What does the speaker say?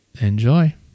Enjoy